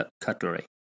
Cutlery